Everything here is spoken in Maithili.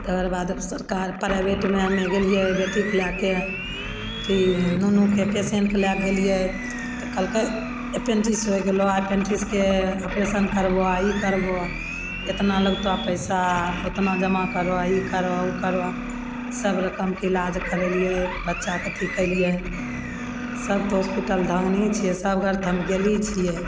तकर बाद अब सरकार प्राइवेटमे हम्मे गेलियै ओइ बेटीके लएके अथी नूनूके पेसेंटके लएके गेलियै तऽ कहलकय एपेंडिक्स होइ गेलय हँ एपेंडिक्सके ऑपरेशन करबऽ ई करबऽ एतना लगतऽ पैसा ओतना जमा करऽ ई करऽ उ करऽ सब रकमके इलाज करेलियै बच्चाके अथी कयलियै सब तऽ हॉस्पिटल गाँवेमे छै सब घर तऽ हम गेले छियै